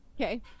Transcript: Okay